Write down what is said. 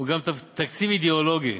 הוא גם תקציב אידיאולוגי.